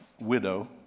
widow